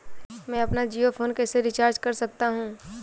मैं अपना जियो फोन कैसे रिचार्ज कर सकता हूँ?